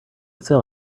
sell